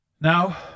Now